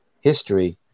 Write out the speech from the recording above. history